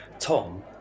Tom